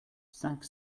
cinq